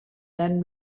then